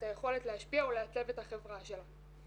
את היכולת להשפיע ולעצב את החברה שלנו.